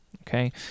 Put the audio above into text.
okay